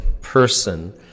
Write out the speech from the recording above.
person